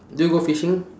do you go fishing